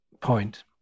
point